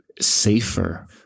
safer